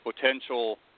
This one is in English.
potential